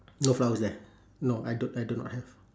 no flowers there no I do I do not have